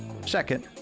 Second